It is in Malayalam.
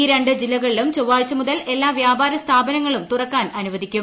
ഈ രണ്ട് ജില്ലകളിലും ചൊവ്വാഴ്ച മുതൽ എല്ലാ വ്യാപാര സ്ഥാപനങ്ങളും തുറക്കാൻ അനുവദിക്കും